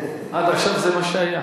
עד עכשיו זה מה שהיה.